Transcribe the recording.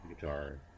guitar